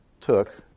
took